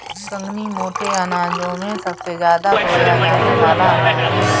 कंगनी मोटे अनाजों में सबसे ज्यादा बोया जाने वाला अनाज है